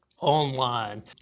online